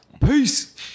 peace